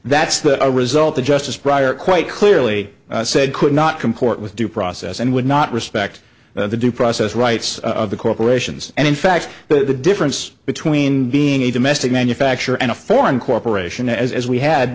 that's the result the justice prior quite clearly said could not comport with due process and would not respect the due process rights of the corporations and in fact the difference between being a domestic manufacturer and a foreign corporation as we had